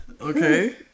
okay